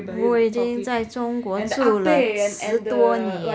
我已经在中国住了十多年